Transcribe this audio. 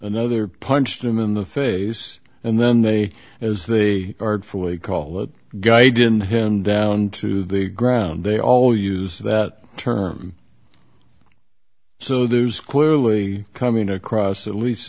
another punched him in the face and then they as they are fully call that guy didn't him down to the ground they all use that term so there's clearly coming across at leas